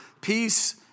Peace